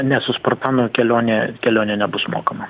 ne su spartanu kelionė kelionė nebus mokama